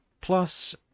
plus